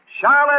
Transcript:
Charlotte